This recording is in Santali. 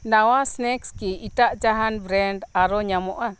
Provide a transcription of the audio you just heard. ᱱᱟᱣᱟ ᱥᱱᱮᱠᱥ ᱠᱤ ᱮᱴᱟᱜ ᱡᱟᱦᱟᱱ ᱵᱨᱮᱱᱰ ᱟᱨᱚ ᱧᱟᱢᱚᱜᱼᱟ